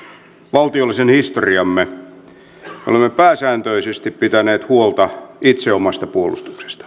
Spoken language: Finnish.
valtiollisen historiamme olemme pääsääntöisesti pitäneet huolta itse omasta puolustuksestamme